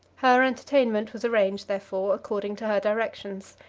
her entertainment was arranged, therefore, according to her directions,